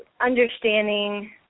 understanding